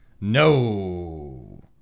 No